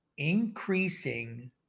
Increasing